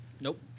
Nope